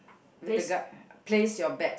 with the ga~ place your bets